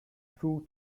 full